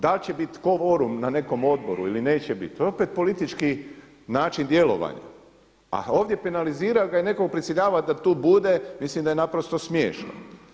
Da li će biti kvorum na nekom odboru ili neće biti to je opet politički način djelovanja a ovdje penalizirat i nekoga prisiljavat da tu bude mislim da je naprosto smiješno.